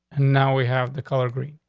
and now we have the color green.